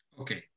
Okay